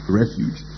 refuge